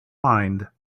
mind